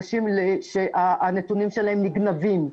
אנשים שהנתונים שלהם נגנבים.